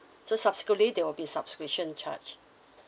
so subsequently there will be subscription charge